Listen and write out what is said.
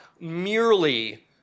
merely